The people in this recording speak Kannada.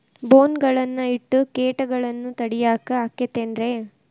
ಬೋನ್ ಗಳನ್ನ ಇಟ್ಟ ಕೇಟಗಳನ್ನು ತಡಿಯಾಕ್ ಆಕ್ಕೇತೇನ್ರಿ?